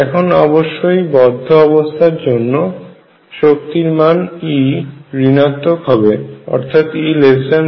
এখন অবশ্যই বদ্ধ অবস্থার জন্য শক্তির মান E ঋণাত্মক হবে অর্থাৎ E0